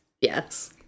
Yes